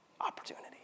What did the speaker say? opportunity